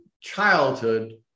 childhood